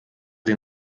den